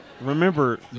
Remember